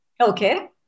Okay